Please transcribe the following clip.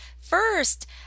first